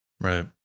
Right